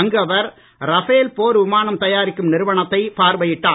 அங்கு அவர் ரபேல் போர் விமானம் தயாரிக்கும் நிறுவனத்தை பார்வையிட்டார்